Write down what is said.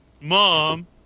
Mom